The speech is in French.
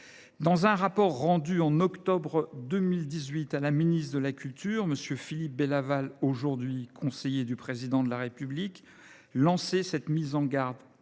Dans un rapport remis en octobre 2018 à la ministre de la culture, M. Philippe Bélaval, aujourd’hui conseiller du Président de la République, faisait cette mise en garde